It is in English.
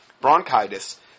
bronchitis